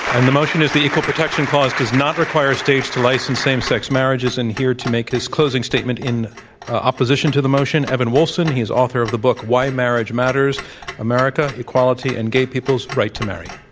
and the motion is, the equal protection clause does not require states to license same sex marriages, and here to make his statement his closing statement in opposition to the motion, evan wolfson. he is author of the book, why marriage matters america, equality, and gay people's right to marry.